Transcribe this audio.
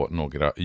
några